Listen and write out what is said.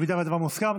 אני מבין שהדבר מוסכם.